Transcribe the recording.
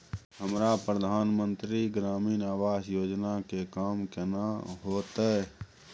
हमरा प्रधानमंत्री ग्रामीण आवास योजना के काम केना होतय?